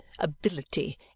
ability